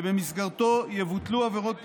שבמסגרתו יבוטלו עבירות פליליות,